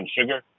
sugar